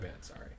Sorry